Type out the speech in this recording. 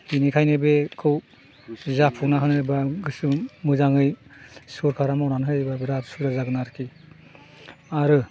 बिनिखायनो बेखौ मावफुंना होयोब्ला गोसो मोजाङै सरखारा मावनानै होयोब्ला बिराद सुबिदा जागोन आरोखि आरो